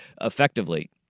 effectively